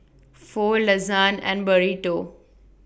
Pho Lasagne and Burrito